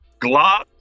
Glock